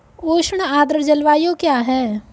उष्ण आर्द्र जलवायु क्या है?